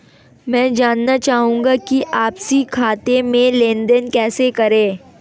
मैं जानना चाहूँगा कि आपसी खाते में लेनदेन कैसे करें?